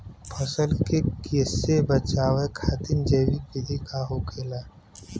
फसल के कियेसे बचाव खातिन जैविक विधि का होखेला?